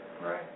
Right